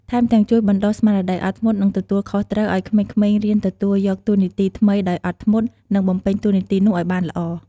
ថែមទាំងជួយបណ្តុះស្មារតីអត់ធ្មត់ និងទទួលខុសត្រូវ ឲ្យក្មេងៗរៀនទទួលយកតួនាទីថ្មីដោយអត់ធ្មត់ និងបំពេញតួនាទីនោះឱ្យបានល្អ។